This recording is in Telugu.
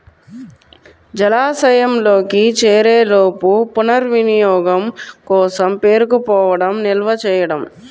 జలాశయంలోకి చేరేలోపు పునర్వినియోగం కోసం పేరుకుపోవడం నిల్వ చేయడం